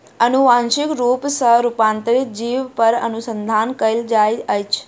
अनुवांशिक रूप सॅ रूपांतरित जीव पर अनुसंधान कयल जाइत अछि